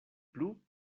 plu